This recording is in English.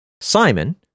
Simon